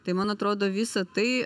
tai man atrodo visa tai